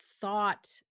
thought